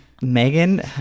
Megan